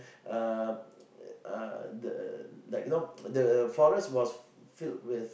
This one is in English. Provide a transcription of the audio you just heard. um uh the uh like you know the forest was filled with